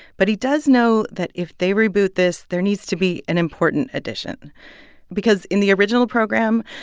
but he does know that if they reboot this, there needs to be an important addition because in the original program,